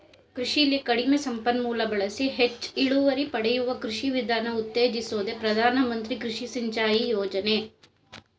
ಕೃಷಿಲಿ ಕಡಿಮೆ ಸಂಪನ್ಮೂಲ ಬಳಸಿ ಹೆಚ್ ಇಳುವರಿ ಪಡೆಯುವ ಕೃಷಿ ವಿಧಾನ ಉತ್ತೇಜಿಸೋದೆ ಪ್ರಧಾನ ಮಂತ್ರಿ ಕೃಷಿ ಸಿಂಚಾಯಿ ಯೋಜನೆ